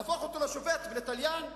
להפוך אותו לשופט ולתליין?